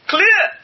Clear